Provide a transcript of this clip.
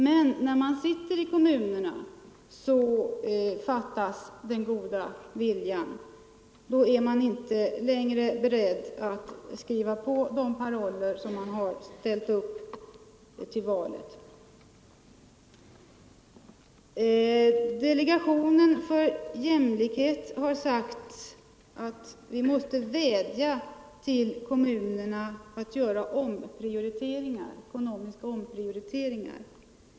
Men när man sitter i kommunerna fattas den goda viljan. Då är man inte längre beredd att skriva på de paroller som man har ställt upp till val med. Delegationen för jämställdhet har sagt att vi måste vädja till kommunerna att göra ekonomiska omprioriteringar.